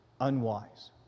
unwise